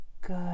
good